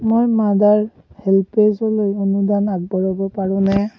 মই মাডাৰ হেল্পএজলৈ অনুদান আগবঢ়াব পাৰোনে